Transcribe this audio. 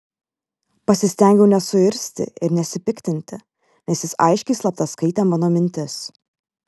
pasistengiau nesuirzti ir nesipiktinti nes jis aiškiai slapta skaitė mano mintis